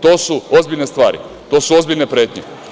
To su ozbiljne stvari, to su ozbiljne pretnje.